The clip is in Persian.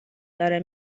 داره